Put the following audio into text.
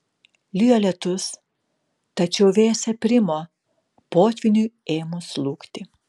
lijo lietus tačiau vėjas aprimo potvyniui ėmus slūgti